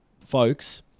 Folks